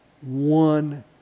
one